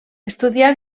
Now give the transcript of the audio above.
estudià